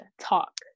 talk